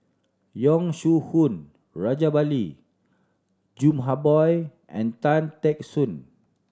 Yong Shu Hoong Rajabali Jumabhoy and Tan Teck Soon